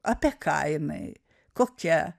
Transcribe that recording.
apie ką jinai kokia